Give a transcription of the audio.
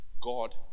God